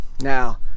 now